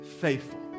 faithful